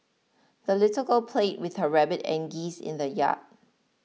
the little girl played with her rabbit and geese in the yard